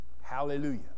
Hallelujah